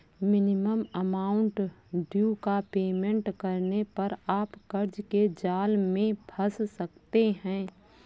minimum amount due का payment करने पर आप कर्ज के जाल में फंस सकते हैं